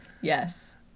Yes